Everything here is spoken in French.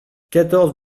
quatorze